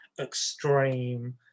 extreme